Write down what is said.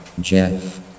Jeff